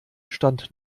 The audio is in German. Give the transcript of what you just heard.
stand